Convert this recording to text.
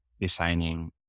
designing